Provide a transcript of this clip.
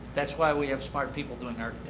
that's why we have smart people doing ah